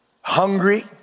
hungry